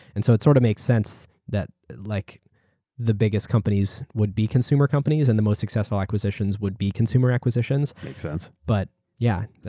and so it sort of makes sense that like the biggest companies would be consumer companies and the most successful acquisitions would be consumer acquisitions. makes sense. but yeah.